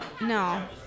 No